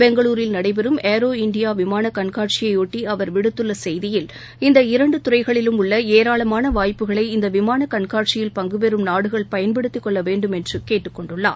பெங்களூரில் நடைபெறும் ஏரோ இந்தியாவிமானகண்காட்சியையொட்டிஅவர் விடுத்துள்ளசெய்தியில் இந்த இரண்டுதுறைகளிலும் உள்ளஏராளமானவாய்ப்புகளை இந்தவிமானகண்காட்சியில் பங்குபெரும் நாடுகள் பயன்படுத்திக் கொள்ளவேண்டுமென்றும் கேட்டுக் கொண்டுள்ளார்